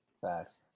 Facts